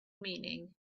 meaning